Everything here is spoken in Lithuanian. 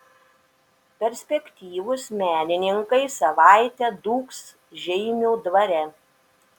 perspektyvūs menininkai savaitę dūgs žeimių dvare